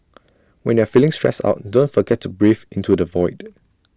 when you are feeling stressed out don't forget to breathe into the void